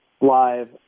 live